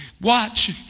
watch